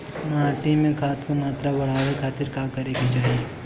माटी में खाद क मात्रा बढ़ावे खातिर का करे के चाहीं?